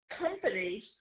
companies